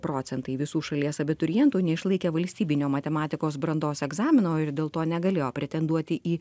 procentai visų šalies abiturientų neišlaikė valstybinio matematikos brandos egzamino ir dėl to negalėjo pretenduoti į